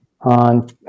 on